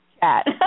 chat